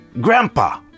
Grandpa